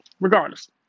regardless